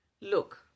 Look